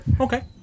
Okay